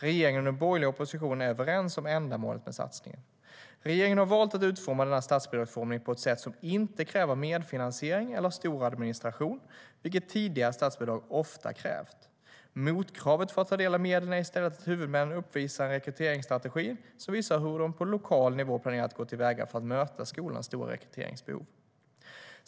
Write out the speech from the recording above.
Regeringen och den borgerliga oppositionen är överens om ändamålet med satsningen. Regeringen har valt att utforma denna statsbidragsförordning på ett sätt som inte kräver medfinansiering eller stor administration, vilket tidigare statsbidrag ofta krävt. Motkravet för att ta del av medlen är i stället att huvudmännen uppvisar en rekryteringsstrategi som visar hur de på lokal nivå planerar att gå till väga för att möta skolans stora rekryteringsbehov.